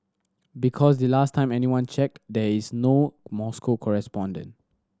because the last time anyone checked there is no Moscow correspondent